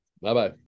bye-bye